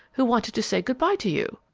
who wanted to say good-by to you.